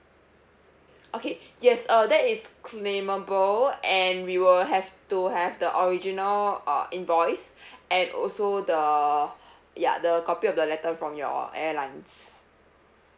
okay yes uh that is claimable and we will have to have the original uh invoice and also the ya the copy of the letter from your airlines